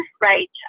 right